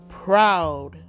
Proud